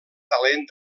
talent